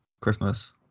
Christmas